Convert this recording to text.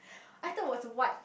I thought it was what